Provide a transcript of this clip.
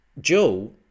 Joe